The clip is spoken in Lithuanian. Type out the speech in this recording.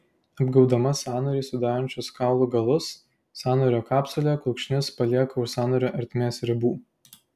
apgaubdama sąnarį sudarančius kaulų galus sąnario kapsulė kulkšnis palieka už sąnario ertmės ribų